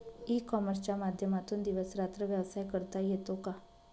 E कॉमर्सच्या माध्यमातून दिवस रात्र व्यवसाय करता येतो का?